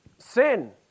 Sin